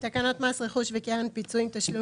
תקנות מס רכוש וקרן פיצויים (תשלום